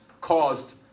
caused